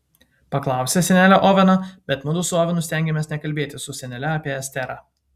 paklausė senelė oveno bet mudu su ovenu stengėmės nekalbėti su senele apie esterą